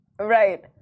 Right